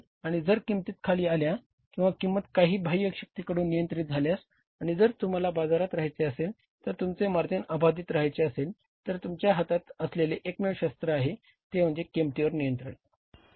आणि जर किंमती खाली आल्या किंवा किंमती काही बाह्य शक्तींकडून नियंत्रित झाल्यास आणि जर तुम्हाला बाजारात रहायचे असेल तर तुमचे मार्जिन अबाधित रहायचे असेल तर तुमच्या हातात असलेले एकमेव शस्त्र आहे ते म्हणजे किंमतीवर नियंत्रण ठेवणे